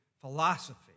philosophy